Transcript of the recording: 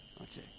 Okay